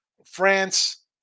France